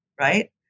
right